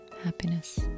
happiness